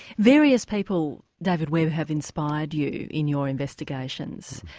various people david webb have inspired you in your investigations.